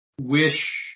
wish